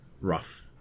rough